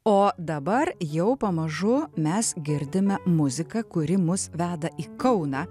o dabar jau pamažu mes girdime muziką kuri mus veda į kauną